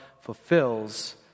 fulfills